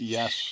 Yes